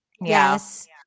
Yes